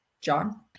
John